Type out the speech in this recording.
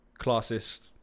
classist